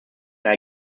der